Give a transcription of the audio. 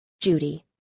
Judy